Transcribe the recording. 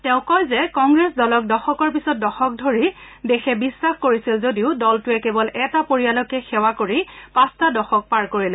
তেওঁ কয় যে দেশে কংগ্ৰেছ দলক দশকৰ পিছত দশক ধৰি বিশ্বাস কৰিছিল যদিও দলটোৱে কেৱল এটা পৰিয়ালকে সেৱা কৰি পাঁচটা দশক পাৰ কৰিলে